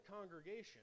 congregation